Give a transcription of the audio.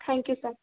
thank you sir